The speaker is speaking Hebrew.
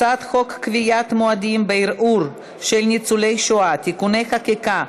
הצעת חוק קביעת מועדים בערעור של ניצולי שואה (תיקוני חקיקה),